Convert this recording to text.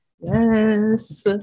yes